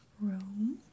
room